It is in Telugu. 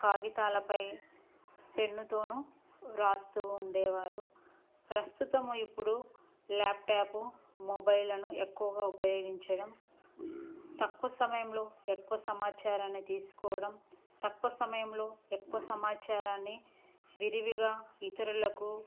కాగితాలపై పెన్నుతోను రాస్తు ఉండేవారు ప్రస్తుతం ఇప్పుడు ల్యాప్టాప్ మొబైల్లను ఎక్కువగా ఉపయోగించడం తక్కువ సమయంలో ఎక్కువ సమాచారాన్ని తీసుకోవడం తక్కువ సమయంలో ఎక్కువ సమాచారాన్ని విరివిగా ఇతరులకు